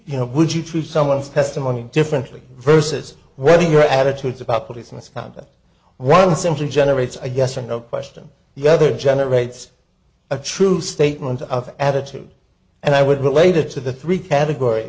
you know would you treat someone's testimony differently versus whether your attitudes about police misconduct one simply generates a yes or no question the other generates a true statement of attitude and i would related to the three categor